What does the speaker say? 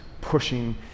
pushing